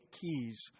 keys